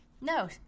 No